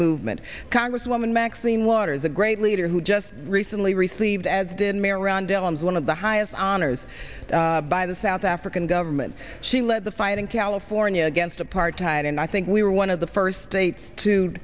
movement congresswoman maxine waters a great leader who just recently received as did mary around on one of the highest honors by the south african government she led the fight in california against apartheid and i think we were one of the first states to